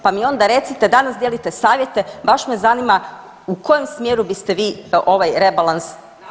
Pa mi onda recite, danas dijelite savjete, baš me zanima u kojem smjeru biste vi ovaj rebalas